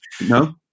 No